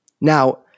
Now